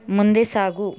ಮುಂದೆ ಸಾಗು